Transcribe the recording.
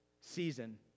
season